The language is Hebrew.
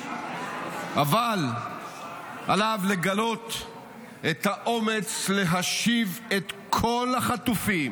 אבל עליו לגלות את האומץ להשיב את כל החטופים,